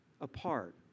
apart